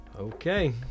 Okay